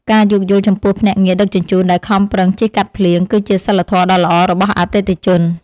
ការយោគយល់ចំពោះភ្នាក់ងារដឹកជញ្ជូនដែលខំប្រឹងជិះកាត់ភ្លៀង គឺជាសីលធម៌ដ៏ល្អរបស់អតិថិជន។